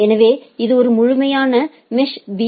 எனவே இது ஒரு முழுமையான மெஷ்டு பி